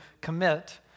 commit